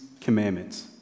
commandments